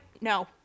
No